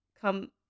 come